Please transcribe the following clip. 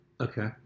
Okay